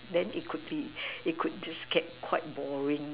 then it could be it could just get quite boring